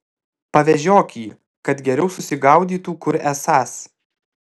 pavežiok jį kad geriau susigaudytų kur esąs